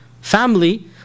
family